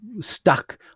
stuck